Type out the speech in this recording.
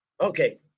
Okay